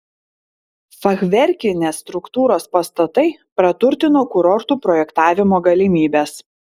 fachverkinės struktūros pastatai praturtino kurortų projektavimo galimybes